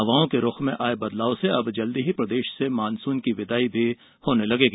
हवाओं के रुख में आये बदलाव से अब जल्दी ही प्रदेश से मानसुन की विदाई भी होने लगेगी